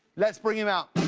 let's bring him out.